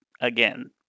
again